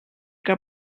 que